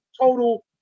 total